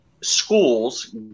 schools